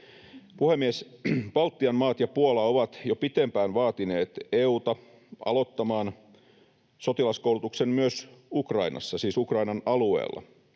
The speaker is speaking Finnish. Puhemies! Baltian maat ja Puola ovat jo pitempään vaatineet EU:ta aloittamaan sotilaskoulutuksen myös Ukrainassa, siis Ukrainan alueella,